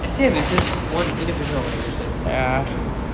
S_A_F is just one inefficient organisation